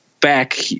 back